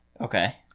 Okay